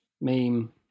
Meme